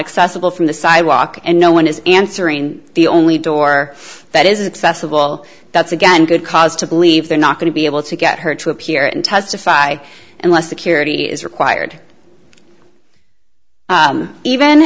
accessible from the sidewalk and no one is answering the only door that is accessible that's again good cause to believe they're not going to be able to get her to appear and testify unless security is required even